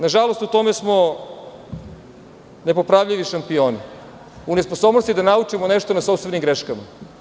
Nažalost, u tome smo nepopravljivi šampioni, u nesposobnosti da naučimo nešto na sopstvenim greškama.